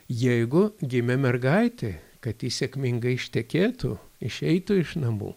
jeigu gimė mergaitė kad ji sėkmingai ištekėtų išeitų iš namų